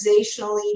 organizationally